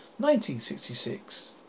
1966